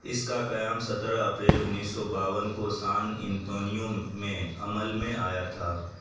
اس کا قیام سترہ اپریل انیس سو باون کو سان انتونیو میں عمل میں آیا تھا